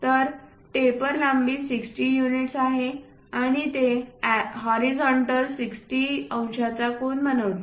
तर टेपर लांबी 60 युनिट्स आहे आणि ते होरिझोंटलशी 60 अंशांचा कोन बनवते